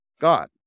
God